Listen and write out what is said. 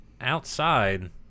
outside